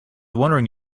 wondering